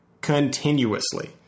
continuously